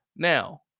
Now